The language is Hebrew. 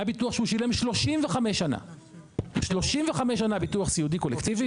היה ביטוח שהוא שילם 35 שנה ביטוח סיעודי קולקטיבי,